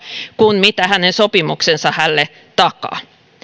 kuin mitä hänen sopimuksensa hänelle takaa no